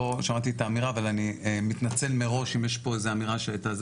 לא שמעתי את האמירה אבל אני מתנצל מראש אם יש פה איזה אמירה שהייתה.